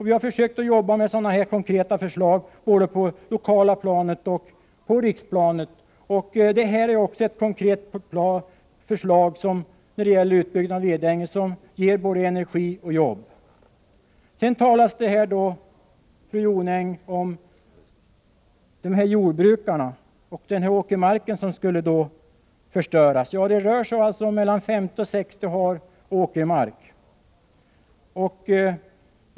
Vi har försökt arbeta med sådana här konkreta förslag på det lokala planet och på riksplanet. Utbyggnaden av Edänge är också ett konkret förslag, som ger både energi och jobb. Sedan talar fru Jonäng om jordbrukare vilkas åkermark skulle förstöras. Det rör sig alltså om mellan 50 och 60 hektar åkermark.